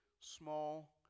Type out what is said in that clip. small